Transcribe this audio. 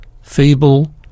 feeble